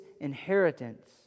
inheritance